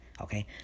okay